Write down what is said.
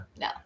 no